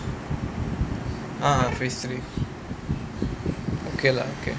ah phase three okay lah okay